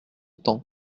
temps